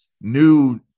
new